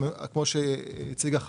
כמו שהציגה חנה,